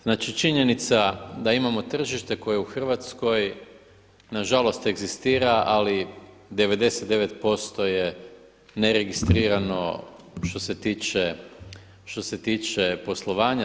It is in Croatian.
Znači, činjenica da imamo tržište koje u Hrvatskoj na žalost egzistira, ali 99% je neregistrirano što se tiče poslovanja.